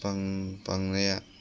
बांनाया